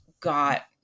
got